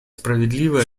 справедливое